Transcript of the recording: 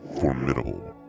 formidable